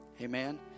amen